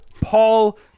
Paul